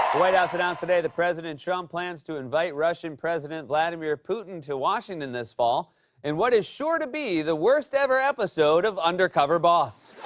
white house announced today that president trump plans to invite russian president vladimir putin to washington this fall in what is sure to be the worst ever episode of undercover boss.